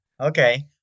Okay